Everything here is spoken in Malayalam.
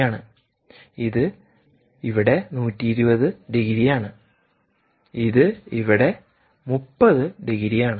അതിനാൽ ഇത് ഇവിടെ 120 ഡിഗ്രിയാണ് ഇത് ഇവിടെ 30 ഡിഗ്രിയാണ്